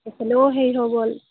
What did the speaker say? এইফালেও হেৰি হৈ গ'ল